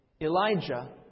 Elijah